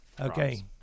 Okay